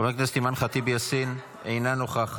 חברת הכנסת אימאן ח'טיב יאסין, אינה נוכחת.